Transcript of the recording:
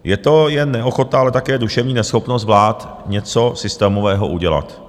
Je to jen neochota, ale také duševní neschopnost vlád něco systémového udělat.